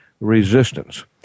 resistance